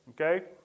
okay